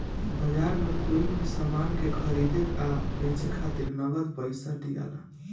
बाजार में कोई भी सामान के खरीदे आ बेचे खातिर नगद पइसा दियाला